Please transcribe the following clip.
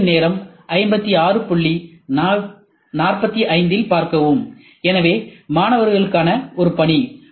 திரையின் நேரம் 5645இல் பார்க்கவும் எனவே மாணவர்களுக்கான பணி